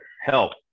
help